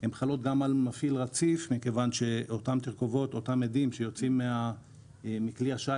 הן חלות גם על מפעיל רציף מכיוון שאותם אדים שיוצאים מכלי השיט